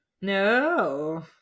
No